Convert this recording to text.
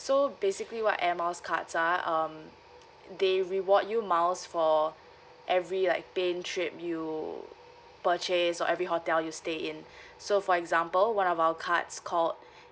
so basically what air miles cards are um they reward you miles for every like plane trip you purchase or every hotel you stay in so for example one of our cards called